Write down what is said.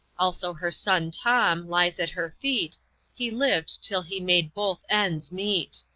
also her son tom lies at her feet he lived till he made both ends meet.